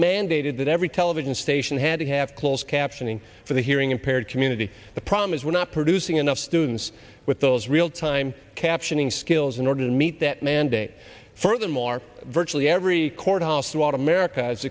mandated that every television station had to have closed captioning for the hearing impaired community the problem is we're not producing enough students with those real time captioning skills in order to meet that mandate furthermore virtually every courthouse throughout america is